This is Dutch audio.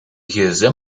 gsm